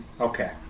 Okay